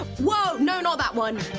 whoa, no, not that one.